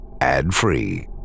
ad-free